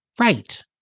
Right